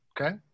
okay